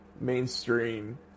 mainstream